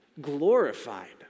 Glorified